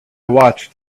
watched